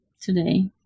today